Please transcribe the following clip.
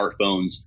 smartphones